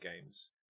games